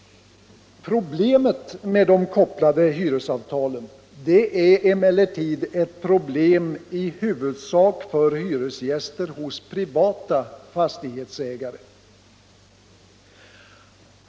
Problemet med de kopplade hyresavtalen är emellertid ett problem i huvudsak för hyresgäster hos privata fastighetsägare.